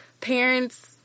parents